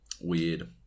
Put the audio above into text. Weird